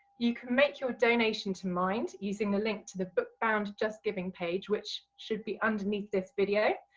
you can make your donation to mind using the link to the bookbound just giving page which should be underneath this video.